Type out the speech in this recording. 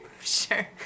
sure